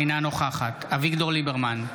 אינה נוכחת אביגדור ליברמן,